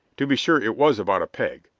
to be sure it was about a peg.